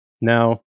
Now